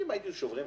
שתי